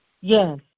Yes